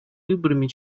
выборами